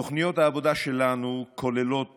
תוכניות העבודה שלנו כוללות